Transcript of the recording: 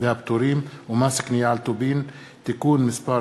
והפטורים ומס קנייה על טובין (תיקון מס'